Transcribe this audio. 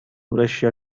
russia